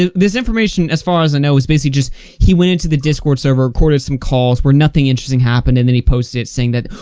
this information, as far as i know, is basically just he went in to the discord server, recorded some calls where nothing interesting happened and then he posted it saying that,